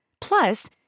Plus